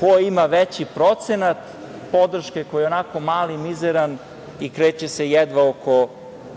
ko ima veći procenat podrške, koji je i onako mali, mizeran i kreće se jedva oko